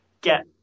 get